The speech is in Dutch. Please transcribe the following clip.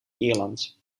ierland